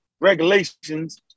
regulations